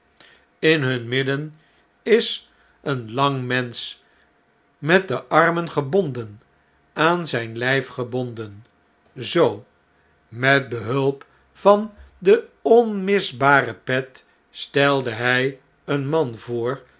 in hun midden is een lang mensch met de armen gebonden aan zijn lljf gebonden zoo i met behulp van de onmisbare pet stelde hg een man voor